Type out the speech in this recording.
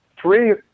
three